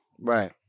Right